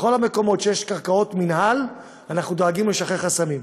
בכל המקומות שיש קרקעות מינהל אנחנו דואגים לשחרר חסמים.